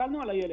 הסתכלנו על הילד,